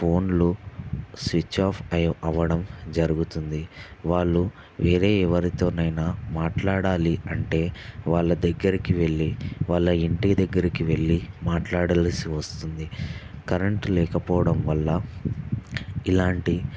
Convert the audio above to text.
ఫోన్లు switch off అయ్యి అవ్వడం జరుగుతుంది వాళ్లు వేరే ఎవరితోనైనా మాట్లాడాలి అంటే వాళ్ళ దగ్గరికి వెళ్లి వాళ్ళ ఇంటి దగ్గరికి వెళ్లి మాట్లాడాల్సి వస్తుంది కరెంట్ లేకపోవడం వల్ల ఇలాంటి